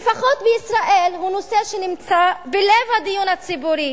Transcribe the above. לפחות בישראל הוא נושא שנמצא בלב הדיון הציבורי.